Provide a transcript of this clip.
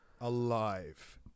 alive